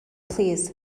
plîs